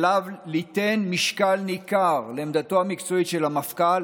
עליו ליתן משקל ניכר לעמדתו המקצועית של המפכ"ל